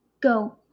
go